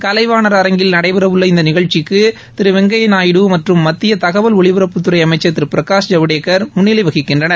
கலைவாணா் அரங்கில் நடைபெறவுள்ள இந்த நிகழ்ச்சிக்கு திரு வெங்கையா நாயுடு மற்றும் மத்திய தகவல் ஒலிபரப்புத்துறை அமைச்சர் திரு பிரகாஷ் ஜவடேக்கர் முன்னிலை வகிக்கின்றனர்